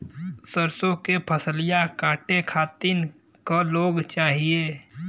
सरसो के फसलिया कांटे खातिन क लोग चाहिए?